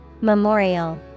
memorial